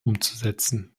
umzusetzen